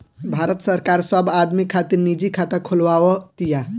भारत सरकार सब आदमी खातिर निजी खाता खोलवाव तिया